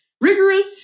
rigorous